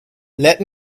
let